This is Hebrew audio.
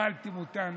האכלתם אותנו?